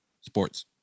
sports